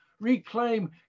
Reclaim